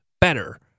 better